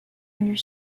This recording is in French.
lui